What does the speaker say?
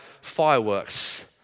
fireworks